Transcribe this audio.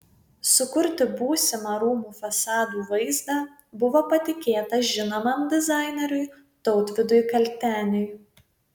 sukurti būsimą rūmų fasadų vaizdą buvo patikėta žinomam dizaineriui tautvydui kalteniui